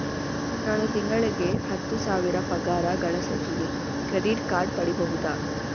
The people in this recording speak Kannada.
ನಾನು ತಿಂಗಳಿಗೆ ಹತ್ತು ಸಾವಿರ ಪಗಾರ ಗಳಸತಿನಿ ಕ್ರೆಡಿಟ್ ಕಾರ್ಡ್ ಪಡಿಬಹುದಾ?